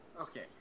Okay